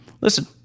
Listen